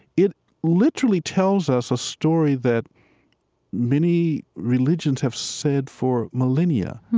it literally tells us a story that many religions have said for millennia,